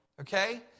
okay